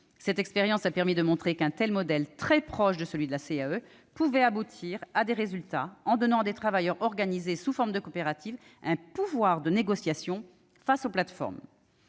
Cette expérience a permis de montrer qu'un tel modèle, très proche de celui de la CAE, pouvait aboutir à des résultats, en donnant à des travailleurs organisés sous forme de coopérative un pouvoir de négociation face aux plateformes.